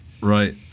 Right